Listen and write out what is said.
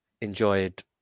enjoyed